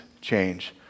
change